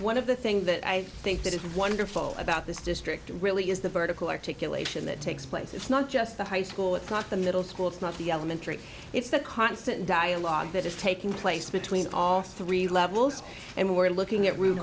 one of the thing that i think that it was wonderful about district really is the vertical articulation that takes place it's not just the high school it's not the middle school it's not the elementary it's the constant dialogue that is taking place between all three levels and we're looking at root